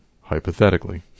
hypothetically